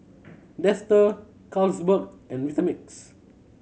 Dester Carlsberg and Vitamix